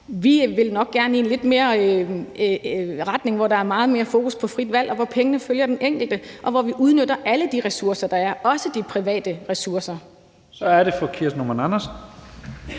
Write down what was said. Vi vil nok gerne i en retning, hvor der er meget mere fokus på frit valg, og hvor pengene følger den enkelte, og hvor vi udnytter alle de ressourcer, der er, også de private ressourcer. Kl. 12:11 Første næstformand